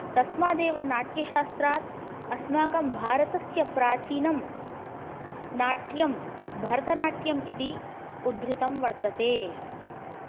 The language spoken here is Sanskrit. तस्मादेव नाट्यशास्त्रात् अस्माकं भारतस्य प्राचीनं नाट्यं भरतनाट्यम् इति उद्धृतं वर्तते